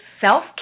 self